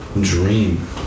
dream